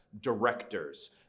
directors